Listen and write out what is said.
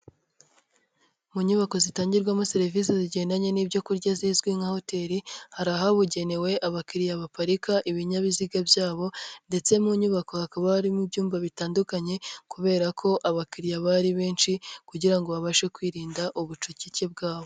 Mu nyubako zitangirwamo serivisi zigendanye n'ibyorya zizwi nka hoteli, hari ahabugenewe abakiriya baparika ibinyabiziga byabo ndetse mu nyubako hakaba harimo ibyumba bitandukanye kubera ko abakiriya baba ari benshi kugira ngo babashe kwirinda ubucucike bwabo.